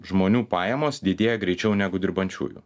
žmonių pajamos didėja greičiau negu dirbančiųjų